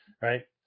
right